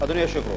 אדוני היושב-ראש.